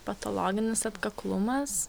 patologinis atkaklumas